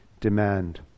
demand